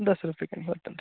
दशरूप्यकाणि वर्तन्ते